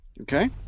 Okay